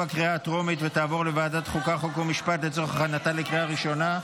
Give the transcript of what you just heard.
לוועדה שתקבע ועדת הכנסת נתקבלה.